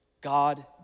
God